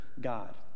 god